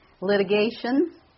Litigation